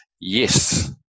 Yes